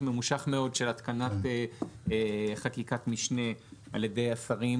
ממושך מאוד של התקנת חקיקת משנה על ידי השרים,